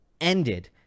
ended